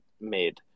made